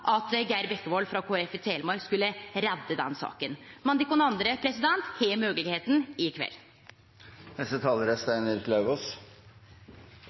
at Geir Jørgen Bekkevold frå Kristeleg Folkeparti i Telemark skulle redde den saka. Men dykk andre har moglegheita i kveld. Det er